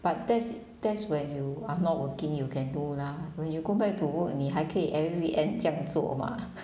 but that's that's when you are not working you can do lah when you go back to work 你还可以 every weekend 这样做吗